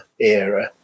era